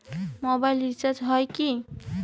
Mobile recharge হয় কি?